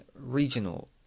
regional